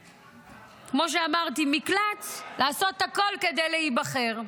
כמו שאמרתי, סוג של מקלט, לעשות הכול כדי להיבחר.